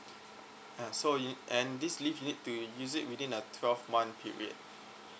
ah so you and this leave you need to use it within a twelve month period